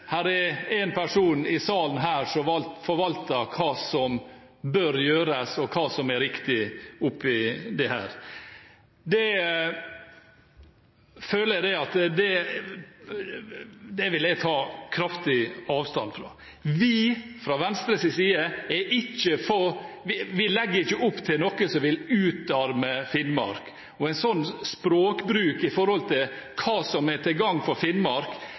her som forvalter hva som bør gjøres og hva som er riktig med hensyn til dette. Det føler jeg at jeg vil ta kraftig avstand fra. Fra Venstres side legger vi ikke opp til noe som vil utarme Finnmark. En sånn språkbruk når det gjelder hva som er til gagn for Finnmark,